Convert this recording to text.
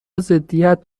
ضدیت